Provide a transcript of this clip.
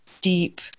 deep